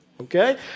Okay